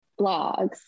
blogs